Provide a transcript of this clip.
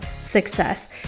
success